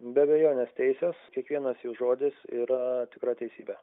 be abejonės teisios kiekvienas jų žodis yra tikra teisybė